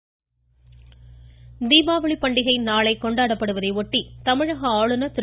தீபாவளி வாழ்த்து தீபாவளி பண்டிகை நாளை கொண்டாடப்படுவதையொட்டி தமிழக ஆளுநர் திரு